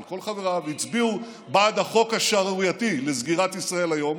אבל כל חבריו הצביעו בעד החוק השערורייתי לסגירת "ישראל היום".